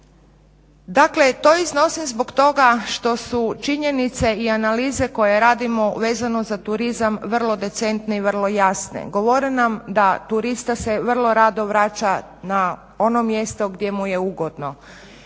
Dakle to iznosim zbog toga što su činjenice i analize koje radimo vezano za turizam vrlo decentne i vrlo jasne, govore nam da turista se vrlo rado vraća na ono mjesto gdje mu je ugodno.